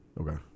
Okay